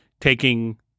taking